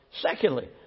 Secondly